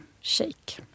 shake